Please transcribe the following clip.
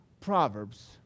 Proverbs